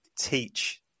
teach